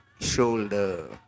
shoulder